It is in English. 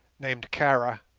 named kara,